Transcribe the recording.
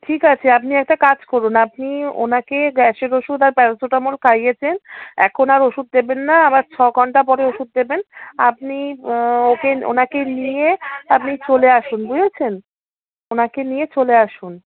ঠিক আছে আপনি একটা কাজ করুন আপনি ওনাকে গ্যাসের ওষুধ আর প্যারাসিটামল খাইয়েছেন এখন আর ওষুদ দেবেন না আবার ছ ঘন্টা পরে ওষুধ দেবেন আপনি ওকে ওনাকে নিয়ে আপনি চলে আসুন বুঝেছেন ওনাকে নিয়ে চলে আসুন